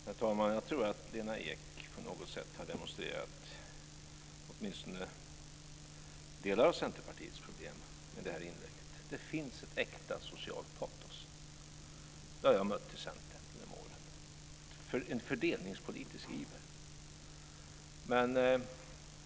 Herr talman! Jag tror att Lena Ek på något sätt med detta inlägg har demonstrerat åtminstone delar av Centerpartiets problem. Det finns ett äkta socialt patos och en fördelningspolitisk iver. Det har jag mött i Centern genom åren.